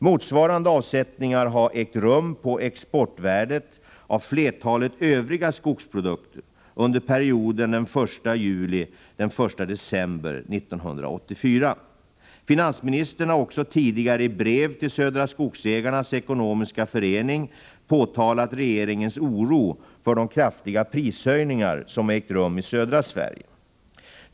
Motsvarande avsättningar har ägt rum på exportvärdet av flertalet övriga skogsprodukter under perioden den 1 juli-den 31 december 1984. Finansministern har också tidigare i brev till Södra Skogsägarnas ekonomiska förening påtalat regeringens oro för de kraftiga prishöjningar som ägt rum i södra Sverige.